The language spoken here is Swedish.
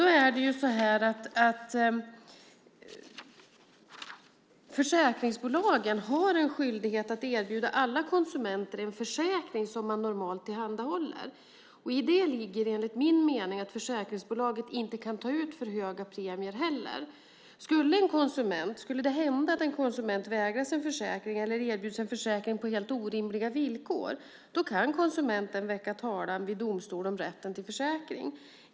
Då är det så att försäkringsbolagen har en skyldighet att erbjuda alla konsumenter en försäkring som man normalt tillhandahåller. I det ligger enligt min mening att försäkringsbolaget inte heller kan ta ut för höga premier. Skulle det hända att en konsument förvägras en försäkring eller erbjuds en försäkring på helt orimliga villkor kan konsumenten väcka talan i domstol om rätten till försäkring.